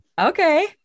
okay